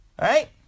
right